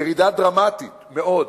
ירידה דרמטית מאוד.